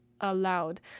allowed